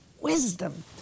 Wisdom